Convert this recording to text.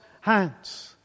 hands